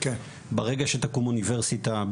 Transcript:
ברגע שתקום אוניברסיטה,